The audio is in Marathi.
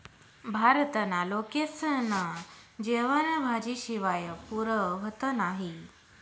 भारतना लोकेस्ना जेवन भाजी शिवाय पुरं व्हतं नही